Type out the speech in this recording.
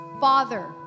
Father